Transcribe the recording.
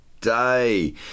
day